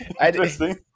Interesting